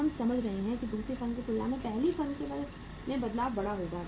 अब हम समझ रहे हैं कि दूसरी फर्म की तुलना में पहली फर्म में बदलाव बड़ा होगा